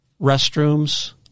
restrooms